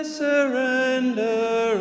surrender